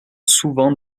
souvent